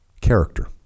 Character